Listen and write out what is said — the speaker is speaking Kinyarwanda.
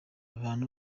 abantu